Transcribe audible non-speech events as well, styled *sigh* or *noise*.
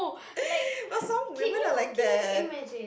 *breath* but some women are like that